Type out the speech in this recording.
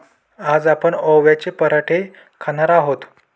आज आपण ओव्याचे पराठे खाणार आहोत